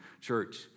Church